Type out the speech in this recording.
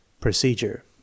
Procedure